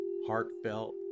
heartfelt